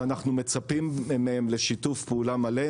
ואנחנו מצפים מהם לשיתוף פעולה מלא.